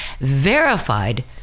verified